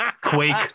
Quake